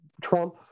Trump